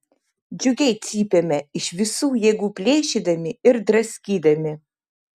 džiugiai cypėme iš visų jėgų plėšydami ir draskydami